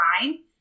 fine